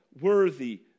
worthy